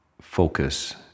focus